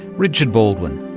richard baldwin.